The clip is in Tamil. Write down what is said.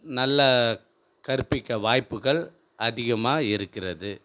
நல்ல கற்பிக்க வாய்ப்புகள் அதிகமாக இருக்கிறது